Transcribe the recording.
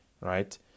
Right